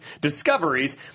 discoveries